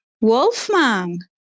Wolfman